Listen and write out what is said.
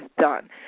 done